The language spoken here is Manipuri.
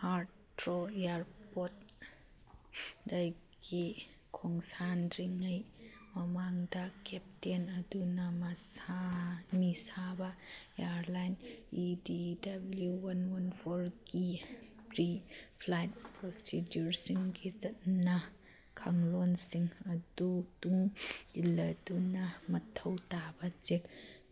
ꯍꯥꯔꯊ꯭ꯔꯣ ꯏꯌꯥꯔꯄꯣꯔꯠ ꯗꯒꯤ ꯈꯣꯡꯁꯥꯟꯗ꯭ꯔꯤꯉꯩ ꯃꯃꯥꯡꯗ ꯀꯦꯞꯇꯦꯟ ꯑꯗꯨꯅ ꯃꯤꯁꯥꯕ airline E D W one one ꯐꯣꯔꯀꯤ ꯄ꯭ꯔꯤ ꯐ꯭ꯂꯥꯏꯠ ꯄ꯭ꯔꯣꯁꯤꯗ꯭ꯌꯨꯔꯁꯤꯡꯒꯤ ꯆꯠꯅ ꯀꯥꯡꯂꯣꯟꯁꯤꯡ ꯑꯗꯨ ꯇꯨꯡ ꯏꯜꯂꯗꯨꯅ ꯃꯊꯧ ꯇꯥꯕ ꯆꯦꯛ